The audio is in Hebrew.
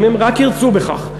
אם הם רק ירצו בכך,